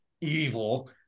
evil